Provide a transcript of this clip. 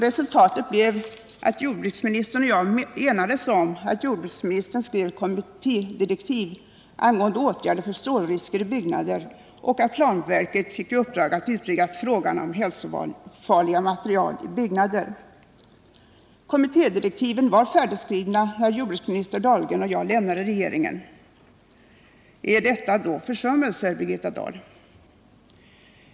Resultatet blev att jordbruksministern och jag enades om att jordbruksministern skulle skriva kommittédirektiv angående åtgärder mot strålrisker i byggnader och att planverket skulle få i uppdrag att utreda frågan om hälsofarliga material i byggnader. Kommittédirektiven var färdigskrivna när jordbruksminister Dahlgren och jag lämnade regeringen. Är detta då försummelser, Birgitta Dahl?